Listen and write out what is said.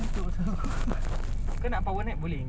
satu jam saja